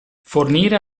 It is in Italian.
fornire